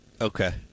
Okay